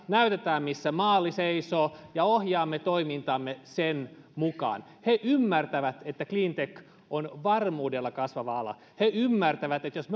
näytetään missä maali seisoo ja ohjaamme toimintaamme sen mukaan he ymmärtävät että cleantech on varmuudella kasvava ala he ymmärtävät että jos